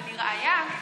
ולראיה,